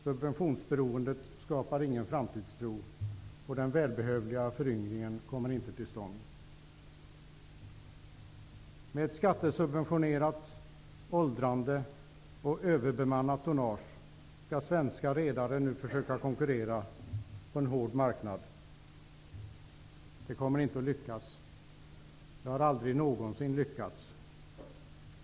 Subventionsberoendet skapar ingen framtidstro, och den välbehövliga föryngringen kommer inte till stånd. Med ett skattesubventionerat, föråldrat och överbemannat tonnage skall svenska redare nu försöka konkurrera på en hård marknad. Det kommer inte att lyckas. Det har aldrig någonsin lyckats.